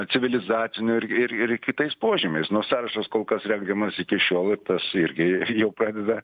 civilizaciniu ir ir ir kitais požymiais nu sąrašas kol kas rengiamas iki šiol ir tas irgi jau pradeda